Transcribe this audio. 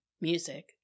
music